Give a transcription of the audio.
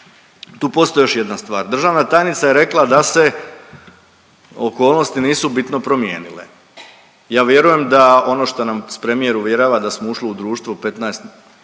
tu postoji još jedna stvar. Državna tajnica je rekla da se okolnosti nisu bitno promijenile. Ja vjerujem da ono što nas premijer uvjerava da smo ušli u društvo 15